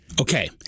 Okay